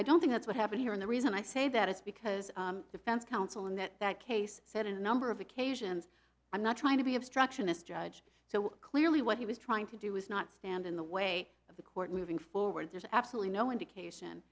i don't think that's what happened here in the reason i say that it's because the fans council in that case said a number of occasions i'm not trying to be obstructionist judge so clearly what he was trying to do was not stand in the way of the court moving forward there's absolutely no indication